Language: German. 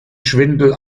schwindel